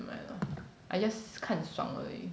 never mind lah I just 看爽而已